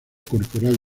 corporal